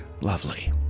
Lovely